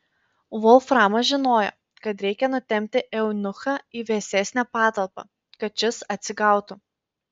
volframas žinojo kad reikia nutempti eunuchą į vėsesnę patalpą kad šis atsigautų